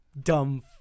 Dumb